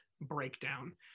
breakdown